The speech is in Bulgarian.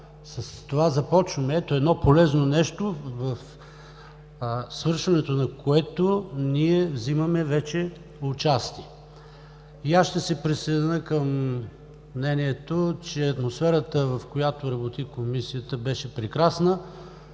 С това започваме, ето едно полезно нещо в свършването, на което ние вземаме вече участие. Аз ще се присъединя към мнението, че атмосферата, в която работи Комисията, беше прекрасна,